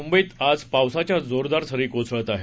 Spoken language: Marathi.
मुंबईत आज पावसाच्या जोरदार सरी कोसळत आहेत